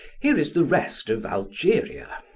here is the rest of algeria.